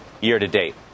year-to-date